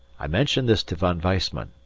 i mentioned this to von weissman,